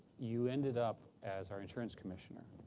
you ended up as our insurance commissioner.